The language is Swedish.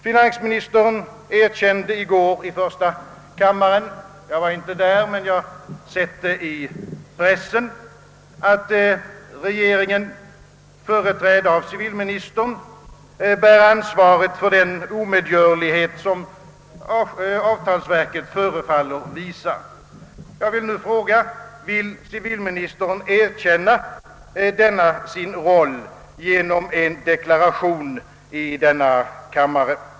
Finansministern erkände i går i första kammaren — jag var inte själv när varande, men jag har sett det i pressen — att regeringen företrädd av civilministern bär ansvaret för den omedgörlighet som avtalsverket förefaller visa. Jag vill nu fråga: Vill civilministern erkänna denna sin roll genom en deklaration i denna kammare?